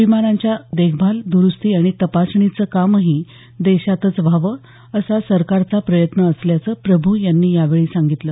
विमानांच्या देखभाल दुरुस्ती आणि तपासणीचं कामही देशातच व्हावं असा सरकारचा प्रयत्न असल्याचं प्रभू यांनी यावेळी सांगितलं